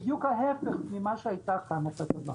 בדיוק ההפך ממה שהייתה הכוונה.